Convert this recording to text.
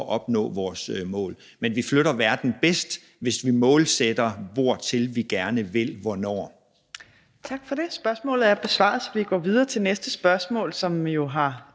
at opnå vores mål. Men vi flytter verden bedst, hvis vi målsætter, hvortil vi gerne vil nå hvornår. Kl. 14:53 Fjerde næstformand (Trine Torp): Tak for det. Spørgsmålet er besvaret, så vi går videre til næste spørgsmål, som jo har